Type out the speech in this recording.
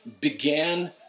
began